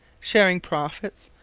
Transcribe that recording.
sharing profits,